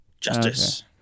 justice